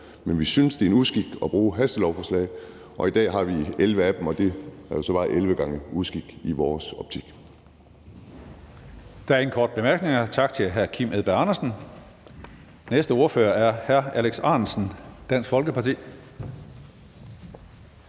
Men vi synes, det er en uskik at bruge hastelovforslag, og i dag har vi 11 af dem, og det er jo så bare 11 gange uskik i vores optik.